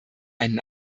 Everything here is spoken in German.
einen